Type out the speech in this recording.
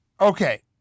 Okay